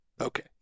Okay